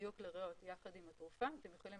בדיוק לריאות יחד עם התרופה אתם יכולים